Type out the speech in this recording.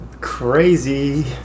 Crazy